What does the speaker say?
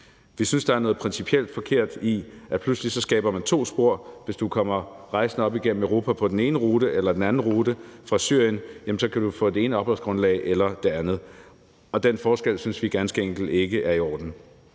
Vi synes, der er noget principielt forkert i, at pludselig skaber man to spor: Hvis du kommer rejsende op igennem Europa via den ene rute eller via den anden rute fra Syrien, kan du få det ene eller det andet opholdsgrundlag. Den forskel synes vi ganske enkelt ikke er i orden.